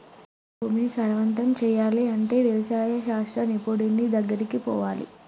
మన భూమిని సారవంతం చేయాలి అంటే వ్యవసాయ శాస్త్ర నిపుణుడి దెగ్గరికి పోవాలి